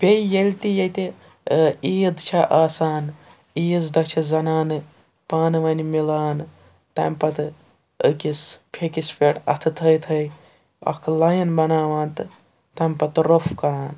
بیٚیہِ ییٚلہِ تہِ ییٚتہِ عیٖد چھےٚ آسان عیٖذ دۄہ چھِ زَنانہٕ پانہٕ ؤنۍ مِلان تَمہِ پَتہٕ أکِس پھیٚکِس پٮ۪ٹھ اَتھٕ تھٲے تھٲوۍ اَکھ لایِن بَناوان تہٕ تَمہِ پتہٕ روٚف کَران